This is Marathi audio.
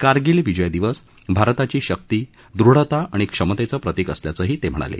कारगिल विजय दिवस भारताची शक्ती दृढता आणि क्षमतेचं प्रतिक असल्याचंही ते म्हणाले